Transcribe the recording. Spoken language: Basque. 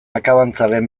akabantzaren